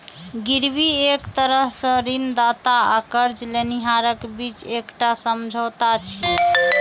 गिरवी एक तरह सं ऋणदाता आ कर्ज लेनिहारक बीच एकटा समझौता छियै